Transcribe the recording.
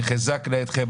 תחזקנה ידכם.